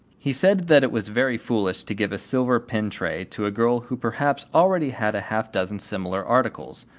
he said that it was very foolish to give a silver pin-tray to a girl who perhaps already had a half-dozen similar articles,